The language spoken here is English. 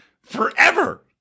forever